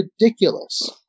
ridiculous